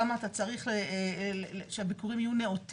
כמה אתה צריך כדי שהביקורים יהיו נאותים,